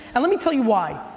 and let me tell you why.